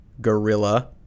Gorilla